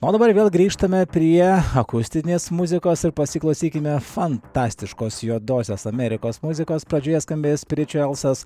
na o dabar vėl grįžtame prie akustinės muzikos ir pasiklausykime fantastiškos juodosios amerikos muzikos pradžioje skambės priči elsas